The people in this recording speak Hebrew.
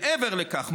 מעבר לכך,